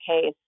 case